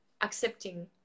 accepting